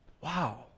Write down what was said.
Wow